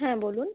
হ্যাঁ বলুন